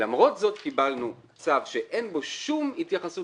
למרות זאת קיבלנו צו שאין בו שום התייחסות